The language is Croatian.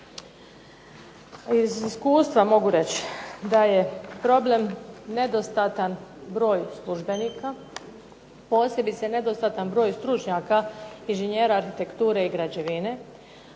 Iz iskustva mogu reći da je problem nedostatan broj službenika, posebice nedostatan broj stručnjaka inženjera arhitekture i građevine,